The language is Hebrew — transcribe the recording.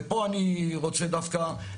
ופה אני רוצה דווקא,